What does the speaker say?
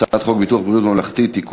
הצעת חוק ביטוח בריאות ממלכתי (תיקון,